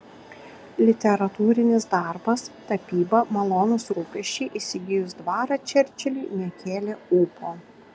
literatūrinis darbas tapyba malonūs rūpesčiai įsigijus dvarą čerčiliui nekėlė ūpo